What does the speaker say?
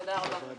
תודה רבה.